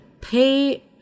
pay